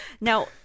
Now